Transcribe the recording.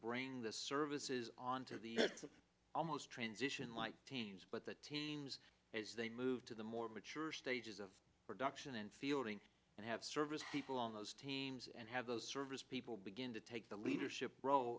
bring the services on to the almost transition like teams but the teams as they move to the more mature stages of production and fielding and have service people on those teams and have those service people begin to take the leadership ro